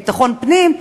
מביטחון הפנים,